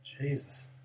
Jesus